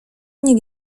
nie